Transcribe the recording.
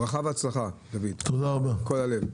דוד, ברכה והצלחה מכל הלב.